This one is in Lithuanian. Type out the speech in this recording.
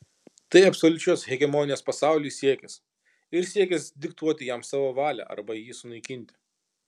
tai absoliučios hegemonijos pasauliui siekis ir siekis diktuoti jam savo valią arba jį sunaikinti